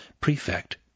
prefect